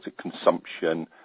consumption